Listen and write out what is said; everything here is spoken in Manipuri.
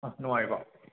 ꯑ ꯅꯨꯡꯉꯥꯏꯔꯤꯕꯣ